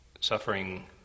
suffering